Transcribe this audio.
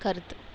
கருத்து